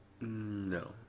No